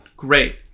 Great